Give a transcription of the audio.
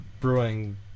Brewing